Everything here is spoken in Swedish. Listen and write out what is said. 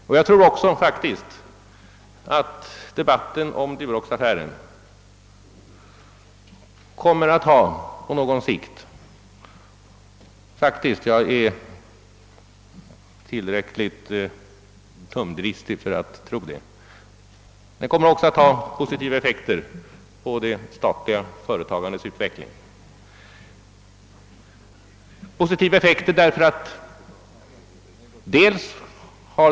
Och jag är tillräckligt dumdristig för att tro att debatten om Duroxaffären på någon sikt kommer att ha positiv effekt på ut vecklingen av det statliga företagandet.